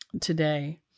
today